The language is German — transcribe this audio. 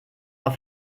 auf